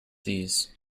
these